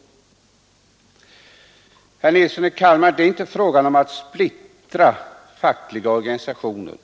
Det är, herr Nilsson i Kalmar, inte fråga om att splittra fackliga organisationer,